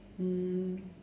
mm